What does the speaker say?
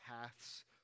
paths